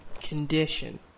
condition